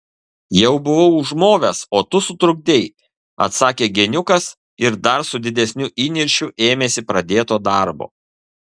jau buvau užmovęs o tu sutrukdei atsakė geniukas ir dar su didesniu įniršiu ėmėsi pradėto darbo